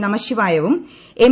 നമശിവായവും M